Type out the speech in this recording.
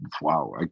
wow